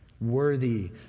worthy